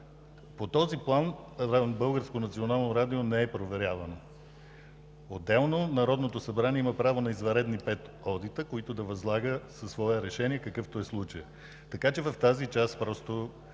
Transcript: По този план Българското национално радио не е проверявано. Отделно Народното събрание има право на извънредни пет одита, които да възлага със свое решение, какъвто е случаят, така че в тази част не